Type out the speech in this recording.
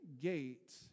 gate